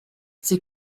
sie